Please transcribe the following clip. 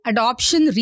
Adoption